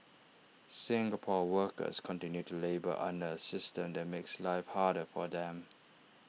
Singapore's workers continue to labour under A system that makes life harder for them